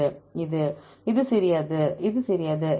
மாணவர் இது இது சிறியது இது சிறியது